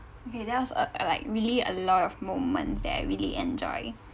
okay there was uh like really a lot of moments that I really enjoy